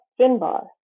Finbar